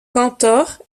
cantor